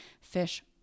fish